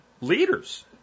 leaders